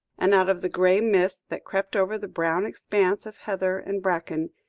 and out of the grey mists that crept over the brown expanse of heather and bracken,